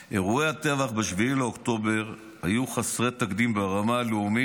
אירועי הטבח ב-7 באוקטובר היו חסרי תקדים ברמה הלאומית